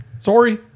Sorry